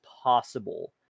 possible